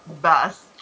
best